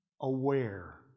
aware